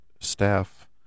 staff